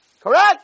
Correct